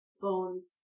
bones